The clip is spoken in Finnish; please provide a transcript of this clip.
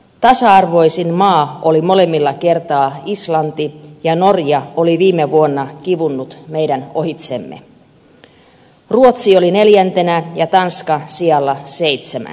tasa arvoisin maa oli molemmilla kerroilla islanti ja norja oli viime vuonna kivunnut meidän ohitsemme ruotsi oli neljäntenä ja tanska sijalla seitsemän